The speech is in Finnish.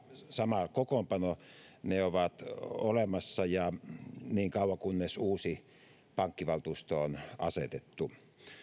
samaa kokoonpanoa ovat olemassa niin kauan kunnes uusi pankkivaltuusto on asetettu